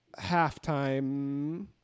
halftime